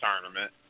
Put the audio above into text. tournament